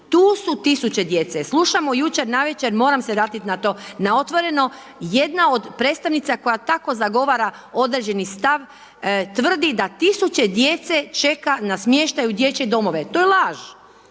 tu su tisuće djece. Slušamo jučer navečer, moram se vratiti na to, na Otvoreno, jedna od predstavnica koja tako zagovara određeni stav, tvrdi da tisuće djece čeka na smještaj u dječje domove, to je laž.